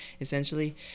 essentially